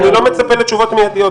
אני לא מצפה לתשובות מידיות.